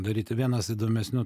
daryti vienas įdomesnių